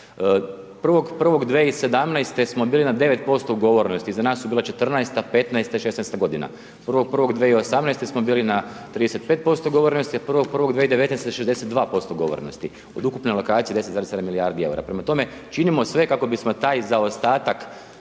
01.01.2017. smo bili na 9% ugovorenosti, iza nas su bila 2014., 2015. i 2016. godina. 01.01.2018. smo bili na 35% ugovorenosti, a 01.01.2019. 62% ugovorenosti od ukupno .../Govornik se ne razumije./... 10,7 milijardi eura. Prema tome, činimo sve kako bismo taj zaostatak